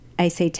ACT